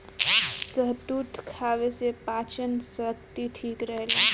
शहतूत खाए से पाचन शक्ति ठीक रहेला